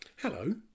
Hello